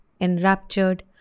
enraptured